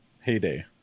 heyday